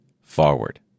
forward